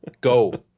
Go